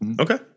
Okay